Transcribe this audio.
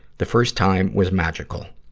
the first time was magical.